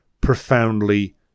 profoundly